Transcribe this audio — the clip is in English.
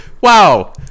wow